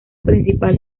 principal